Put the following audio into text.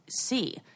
see